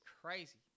crazy